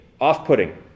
off-putting